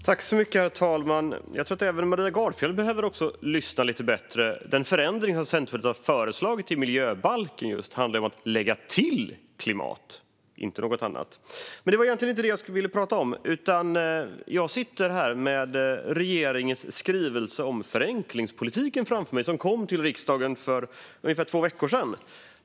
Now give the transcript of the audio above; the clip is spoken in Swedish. Herr talman! Jag tror att även Maria Gardfjell behöver lyssna lite bättre. Den förändring som Centerpartiet har föreslagit i just miljöbalken handlar om att lägga till klimat, ingenting annat. Men det var egentligen inte det som jag ville prata om. Jag sitter här med regeringens skrivelse om förenklingspolitiken framför mig som kom till riksdagen för ungefär två veckor sedan.